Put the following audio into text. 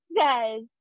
says